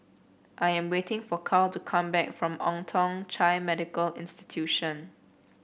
I am waiting for Carl to come back from Old Thong Chai Medical Institution